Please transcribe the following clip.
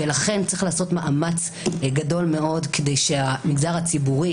ולכן צריך לעשות מאמץ גדול מאוד כדי שהמגזר הציבורי